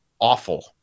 awful